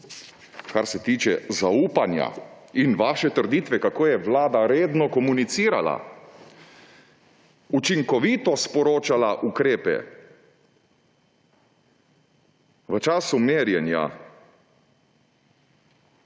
Kar se tiče zaupanja in vaše trditve, kako je vlada redno komunicirala učinkovito sporočila ukrepe. V času merjenja